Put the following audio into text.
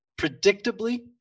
predictably